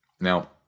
Now